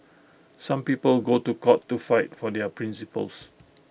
some people go to court to fight for their principles